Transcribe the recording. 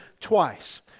twice